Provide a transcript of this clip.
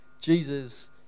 jesus